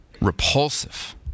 Repulsive